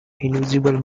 invisible